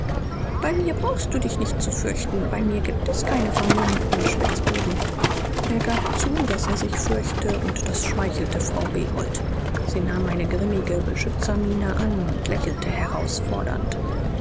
bei mir brauchst du dich nicht zu fürchten bei mir gibt es keine vermummten spitzbuben er gab zu daß er sich fürchte und das schmeichelte frau behold sie nahm eine grimmige beschützermiene an und lächelte herausfordernd